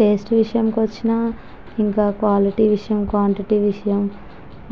taste విషయానికి వచ్చినా ఇంకా క్వాలిటీ విషయం క్వాంటిటీ విషయం